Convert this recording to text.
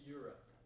Europe